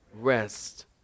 Rest